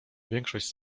większość